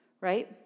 Right